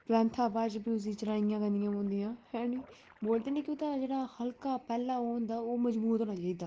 पलैंथै बाद च फ्ही उसी चनाई करनियां पौंदियां हैनी बोलदे निं कि ओह्दा जेह्ड़ा हल्का पैह्ला ओह् होंदा ओह् मजबूत होना चाहिदा